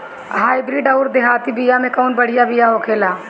Hybrid अउर देहाती बिया मे कउन बढ़िया बिया होखेला?